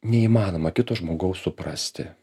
neįmanoma kito žmogaus suprasti